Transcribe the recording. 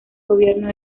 gobierno